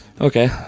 Okay